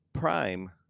prime